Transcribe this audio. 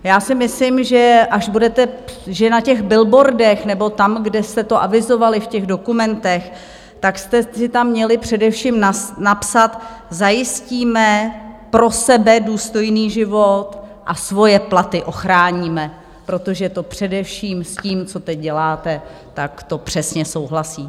Já si myslím, že na těch billboardech nebo tam, kde jste to avizovali v těch dokumentech, tak jste si tam měli především napsat: zajistíme pro sebe důstojný život a svoje platy ochráníme, protože to především s tím, co teď děláte, tak to přesně souhlasí.